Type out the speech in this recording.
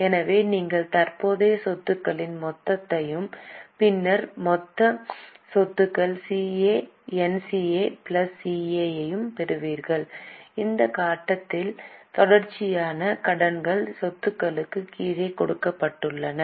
எனவே நீங்கள் தற்போதைய சொத்துக்களின் மொத்தத்தையும் பின்னர் மொத்த சொத்துக்கள் C A NCA plus CA யையும் பெறுவீர்கள் இந்த கட்டத்தில் தொடர்ச்சியான கடன்கள் சொத்துகளுக்குக் கீழே கொடுக்கப்படுகின்றன